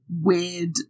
weird